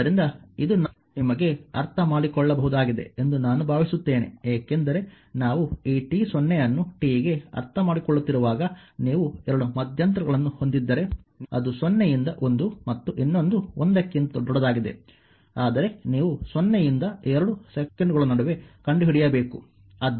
ಆದ್ದರಿಂದ ಇದು ನಿಮಗೆ ಅರ್ಥಮಾಡಿಕೊಳ್ಳಬಹುದಾಗಿದೆ ಎಂದು ನಾನು ಭಾವಿಸುತ್ತೇನೆ ಏಕೆಂದರೆ ನಾವು ಈ t0 ಅನ್ನು t ಗೆ ಅರ್ಥಮಾಡಿಕೊಳ್ಳುತ್ತಿರುವಾಗ ನೀವು 2 ಮಧ್ಯಂತರಗಳನ್ನು ಹೊಂದಿದ್ದರೆ ಅದು 0 ಯಿಂದ 1 ಮತ್ತು ಇನ್ನೊಂದು 1 ಕ್ಕಿಂತ ದೊಡ್ಡದಾಗಿದೆ ಆದರೆ ನೀವು 0 ಯಿಂದ 2 ಸೆಕೆಂಡುಗಳ ನಡುವೆ ಕಂಡುಹಿಡಿಯಬೇಕು